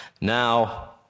Now